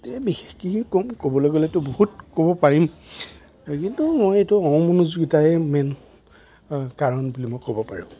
বিশেষকৈ কি কম ক'বলৈ গ'লেতো বহুত ক'ব পাৰিম কিন্তু মই এইটো অমনোযোগিতাই মেইন কাৰণ বুলি মই ক'ব পাৰোঁ